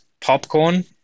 popcorn